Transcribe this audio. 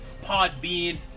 Podbean